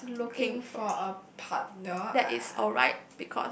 um not looking for a partner I I